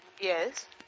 Yes